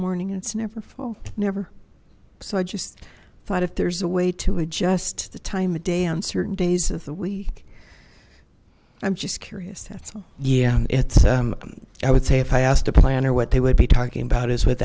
morning and it's never fault never so i just thought if there's a way to adjust the time of day on certain days of the week i'm just curious that's all yeah it's um i would say if i asked a planner what they would be talking about is with